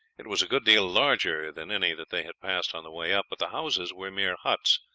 it was a good deal larger than any that they had passed on the way up, but the houses were mere huts,